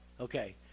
Okay